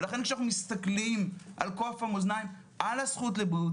לכן כשאנו מסתכלים על כף המאזניים על הזכות לבריאות